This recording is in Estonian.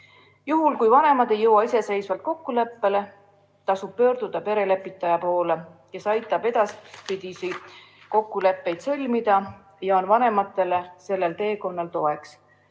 Juhul kui vanemad ei jõua iseseisvalt kokkuleppele, tasub pöörduda perelepitaja poole, kes aitab sõlmida edaspidiseid kokkuleppeid ja on vanematele sellel teekonnal toeks. Laste